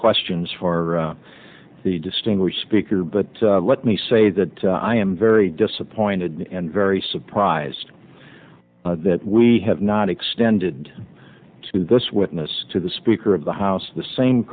questions for the distinguished speaker but let me say that i am very disappointed and very surprised that we have not extended to this witness to the speaker of the house the same